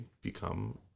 become